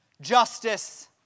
justice